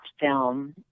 film